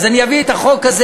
אז אני אביא את החוק הזה